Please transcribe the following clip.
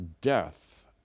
Death